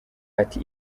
ati